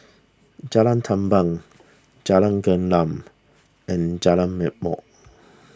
Jalan Tamban Jalan Gelam and Jalan Ma'mor